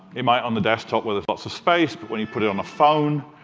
it might on the desktop where there's lots of space, but when you put it on a phone,